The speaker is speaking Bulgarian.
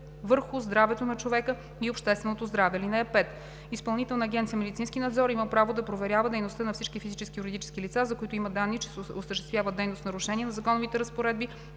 върху здравето на човека и общественото здраве. (5) Изпълнителна агенция „Медицински надзор“ има право да проверява дейността на всички физически и юридически лица, за които има данни, че осъществяват дейност в нарушение на законовите разпоредби,